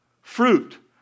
Fruit